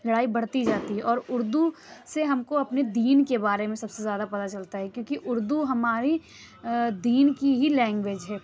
لڑائی بڑھتی جاتی ہے اور اُردو سے ہم کو اپنے دین کے بارے میں سب سے زیادہ پتہ چلتا ہے کیونکہ اُردو ہماری دین کی ہی لینگویج ہے